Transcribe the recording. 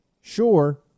Sure